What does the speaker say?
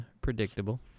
predictable